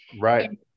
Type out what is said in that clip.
Right